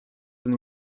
than